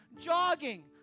jogging